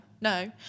no